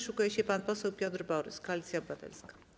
Szykuje się pan poseł Piotr Borys, Koalicja Obywatelska.